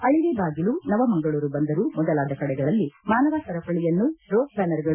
ಅಳವೆ ಬಾಗಿಲು ನವ ಮಂಗಳೂರು ಬಂದರು ಮೊದಲಾದ ಕಡೆಗಳಲ್ಲಿ ಮಾನವ ಸರಪಳಿಯನ್ನು ರೋಪ್ ಬ್ದಾನರ್ಗಳು